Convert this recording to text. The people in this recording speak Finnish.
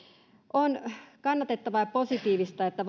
on kannatettavaa ja positiivista että